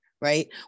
right